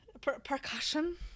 Percussion